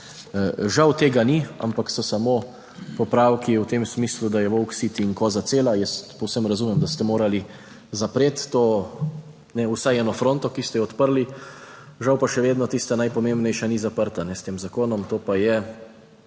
Žal tega ni, ampak so samo popravki v tem smislu, da je volk sit in koza cela. Jaz povsem razumem, da ste morali zapreti to vsaj eno fronto, ki ste jo odprli. Žal pa še vedno tista najpomembnejša ni zaprta s tem zakonom,